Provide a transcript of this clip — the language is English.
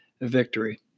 victory